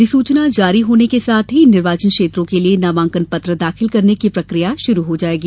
अधिसूचना जारी होने के साथ ही इन निर्वाचन क्षेत्रों के लिए नामांकन पत्र दाखिल करने की प्रक्रिया शुरू हो जाएगी